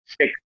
six